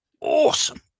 awesome